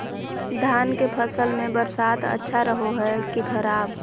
धान के फसल में बरसात अच्छा रहो है कि खराब?